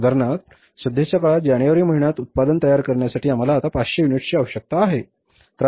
उदाहरणार्थ सध्याच्या काळात जानेवारी महिन्यात उत्पादन तयार करण्यासाठी आम्हाला आता 500 युनिट्सची आवश्यकता आहे